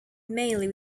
mainly